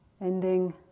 ending